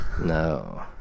no